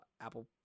Apple